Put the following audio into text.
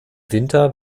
winter